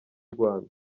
rwanda